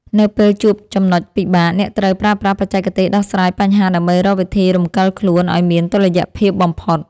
នៅពេលជួបចំណុចពិបាក អ្នកត្រូវប្រើប្រាស់បច្ចេកទេសដោះស្រាយបញ្ហាដើម្បីរកវិធីរំកិលខ្លួនឱ្យមានតុល្យភាពបំផុត។